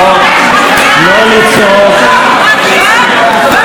הודעה למזכירת הכנסת.